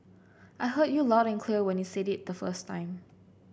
I heard you loud and clear when you said it the first time